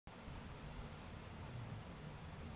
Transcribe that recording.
কাজু গাহাচ থ্যাইকে আমরা যে ফল পায় সেট কাজু বাদাম